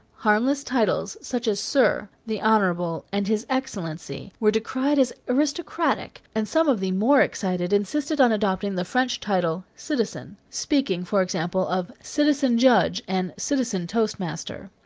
harmless titles, such as sir, the honorable, and his excellency, were decried as aristocratic and some of the more excited insisted on adopting the french title, citizen, speaking, for example, of citizen judge and citizen toastmaster.